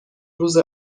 روز